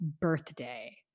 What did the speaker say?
birthday